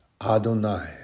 Adonai